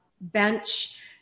bench